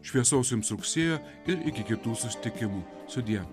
šviesaus jums rugsėjo ir iki kitų susitikimų sudie